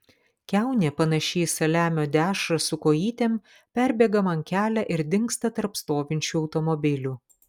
kiaunė panaši į saliamio dešrą su kojytėm perbėga man kelią ir dingsta tarp stovinčių automobilių